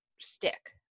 stick